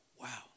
wow